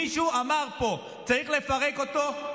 מישהו אמר פה: צריך לפרק אותו,